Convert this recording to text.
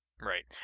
Right